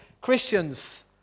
Christians